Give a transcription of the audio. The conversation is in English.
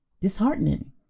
disheartening